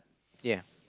ya